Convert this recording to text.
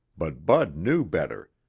but bud knew better,